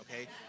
okay